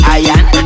iron